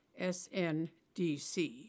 SNDC